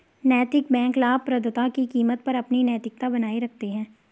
नैतिक बैंक लाभप्रदता की कीमत पर अपनी नैतिकता बनाए रखते हैं